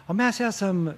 o mes esam